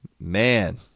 Man